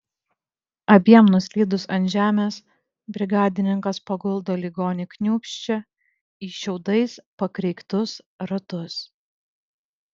abiem nuslydus ant žemės brigadininkas paguldo ligonį kniūbsčią į šiaudais pakreiktus ratus